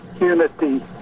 Unity